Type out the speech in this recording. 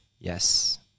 yes